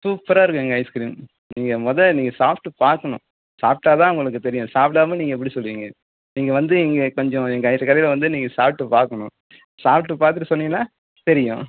சூப்பராக இருக்கும் எங்கள் ஐஸ்கிரீம் நீங்கள் முத நீங்கள் சாப்பிட்டு பார்க்கணும் சாப்பிட்டா தான் உங்களுக்கு தெரியும் சாப்பிடாம நீங்கள் எப்படி சொல்வீங்க நீங்கள் வந்து இங்கே கொஞ்சம் எங்கள் கடையில் வந்து நீங்கள் சாப்பிட்டு பார்க்கணும் சாப்பிட்டு பார்த்துட்டு சொன்னீங்கன்னா தெரியும்